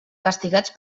castigats